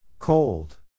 Cold